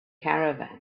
caravan